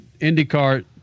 IndyCar